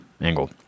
angle